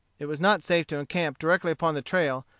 it was not safe to encamp directly upon the trail,